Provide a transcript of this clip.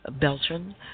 Beltran